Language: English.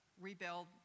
rebuild